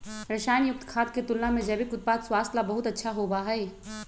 रसायन युक्त खाद्य के तुलना में जैविक उत्पाद स्वास्थ्य ला बहुत अच्छा होबा हई